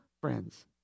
friends